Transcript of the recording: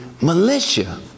militia